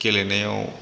गेलेनायाव